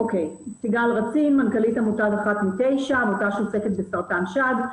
מתשע, עמותה שעוסקת בסרטן שד.